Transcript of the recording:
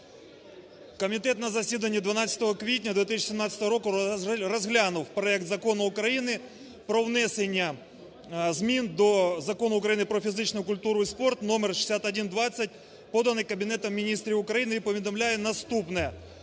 Комітет на засіданні 12 квітня 2017 року розглянув проект Закону України про внесення змін до Закону України "Про фізичну культуру і спорт" (№ 6120), поданий Кабінетом Міністрів України і повідомляє наступне.